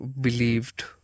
believed